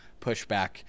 pushback